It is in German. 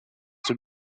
dem